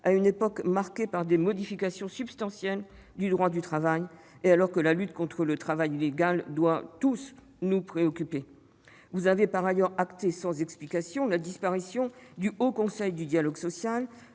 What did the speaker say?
à une époque marquée par des modifications substantielles du droit du travail et alors que la lutte contre le travail illégal doit tous nous préoccuper. Vous avez, par ailleurs, acté, sans explication, la disparition du Haut Conseil du dialogue social